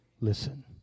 listen